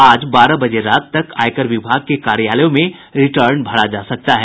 आज बारह बजे रात तक आयकर विभाग के कार्यालयों में रिटर्न भरा जा सकता है